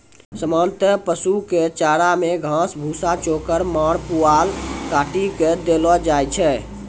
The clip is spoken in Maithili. सामान्यतया पशु कॅ चारा मॅ घास, भूसा, चोकर, माड़, पुआल काटी कॅ देलो जाय छै